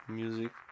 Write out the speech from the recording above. music